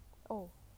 orh